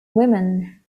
women